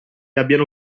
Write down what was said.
abbiano